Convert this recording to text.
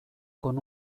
con